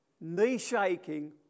knee-shaking